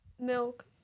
milk